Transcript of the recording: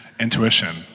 intuition